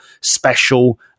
special